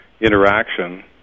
interaction